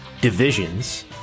divisions